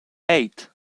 eight